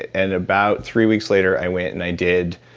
and about three weeks later, i went and i did.